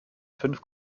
fünf